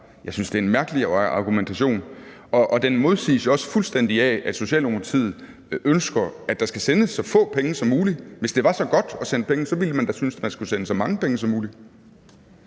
Jeg synes, det er en mærkelig argumentation, og den modsiges jo også fuldstændig af, at Socialdemokratiet ønsker, at der skal sendes så få penge som muligt. Hvis det var så godt at sende penge, ville man da synes, at man skulle sende så mange penge som muligt.